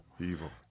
Evil